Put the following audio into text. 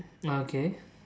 ah okay